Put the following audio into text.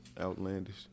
Outlandish